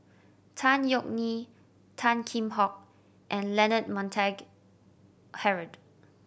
Tan Yeok Nee Tan Kheam Hock and Leonard Montague Harrod